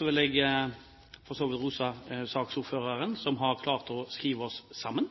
vil jeg rose saksordføreren, som har klart å skrive oss sammen.